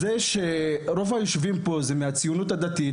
רוב היושבים פה כרגע הם מהציונות הדתית,